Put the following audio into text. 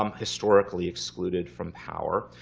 um historically excluded from power.